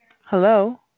hello